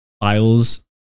files